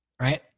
right